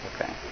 Okay